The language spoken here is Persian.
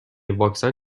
واکسن